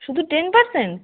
শুধু ten percent